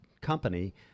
company